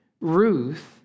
Ruth